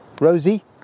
Rosie